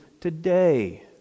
today